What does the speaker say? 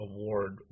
Award